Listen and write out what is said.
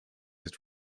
its